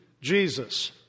Jesus